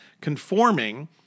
conforming